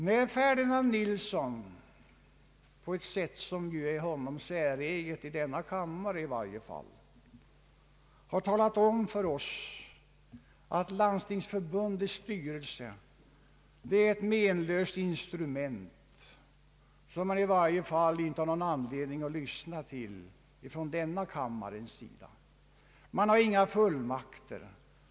Herr Ferdinand Nilsson har — på ett sätt som i varje fall i denna kammare är säreget för honom — talat om för oss att Landstingsförbundets styrelse är ett menlöst instrument som man i vår kammare saknar anledning att lyssna till. Förbundet har inga fullmakter, menade han.